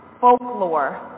folklore